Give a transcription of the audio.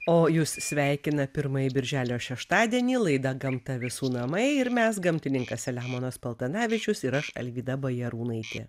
o jūs sveikina pirmąjį birželio šeštadienį laida gamta visų namai ir mes gamtininkas selemonas paltanavičius ir aš alvyda bajarūnaitė